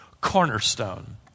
cornerstone